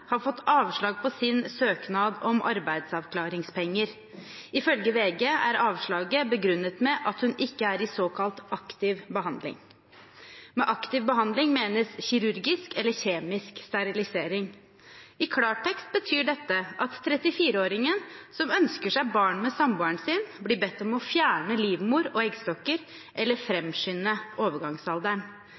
har fått avslag på sin søknad om arbeidsavklaringspenger. Ifølge VG er avslaget begrunnet med at hun ikke er i såkalt aktiv behandling. Med «aktiv behandling» menes kirurgisk eller kjemisk sterilisering. I klartekst betyr dette at 34-åringen, som ønsker seg barn med samboeren sin, blir bedt om å fjerne livmor og eggstokker eller framskynde overgangsalderen.